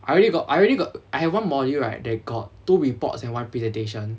I already got I already got I have one module right that got two reports and one presentation